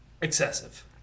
excessive